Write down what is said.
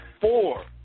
four